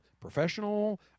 Professional